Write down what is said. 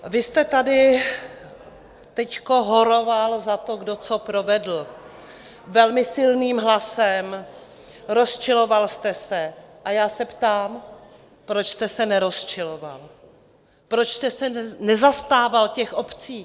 Vy jste tady teď horoval za to, kdo co provedl, velmi silným hlasem, rozčiloval jste se, a já se ptám, proč jste se nerozčiloval, proč jste se nezastával těch obcí?